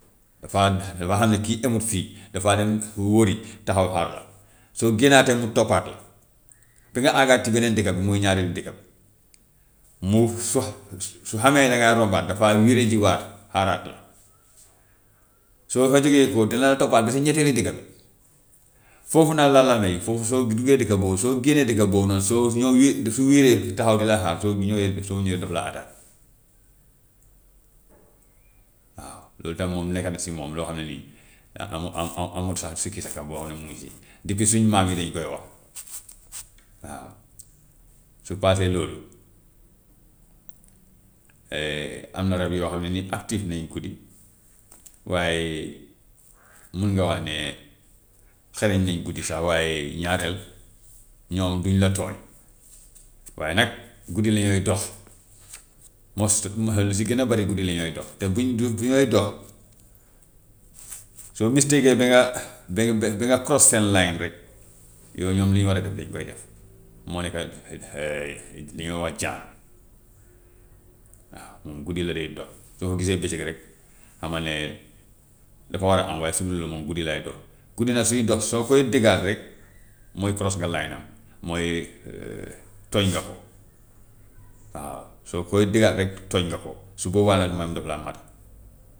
Dafa dafa xam ne kii emut fii dafa dem wëri taxaw xaar la, soo génnaatee mu toppaat la ba nga àggaat si beneen dëkk bi muy ñaareelu dëkk bi, mu fo- su su xamee ne dangaa rombaat dafa wiire ji waat xaaraat la. soo fa jógee koo dina la toppaat ba sa ñetteelu dëkka bi foofu nag la la may, foofu soo duggee dëkk boobu soo génnee dëkk boobu noonu soo mu wi- dafa wiiree taxaw di la xaar soo ñëwee soo ñëwee daf laa attaquer, waaw loolu tam moom nekk na si moom loo xam ne nii a- amu- amu- amut sax sikki sakka boo xam ne mu ngi si, depuis suñu maam yi dañu koy wax. Waaw su paasee loolu am na rab yoo xam ne nii active nañu guddi, waaye mun nga wax ne xarañ nañ guddi sax waaye ñaareel ñoom duñu la tooñ waaye nag guddi lañuy dox most lu si gën a bari guddi lañuy dox, te buñ du fi ngay dox soo mistake ba nga ba ba ba nga cross seen line rek yow ñoom li ñu war a def dañu koy def, moo nekk a li ñu wax jaan, waaw moom guddi la dee dox, soo ko gisee bëccëg rek xamal ne dafa war a am, waaye su dul loolu moom guddi lay dox, guddi nag suy dox soo koy dëgga rek mooy cross nga line am, mooy tooñ nga ko, waaw soo koy dëgga rek tooñ nga ko, su boobaa nag moom daf laa màtt.